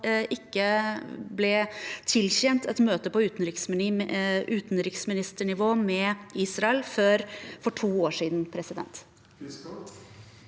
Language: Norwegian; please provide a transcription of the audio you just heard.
ikke ble tilkjent et møte på utenriksministernivå med Israel før for to år siden.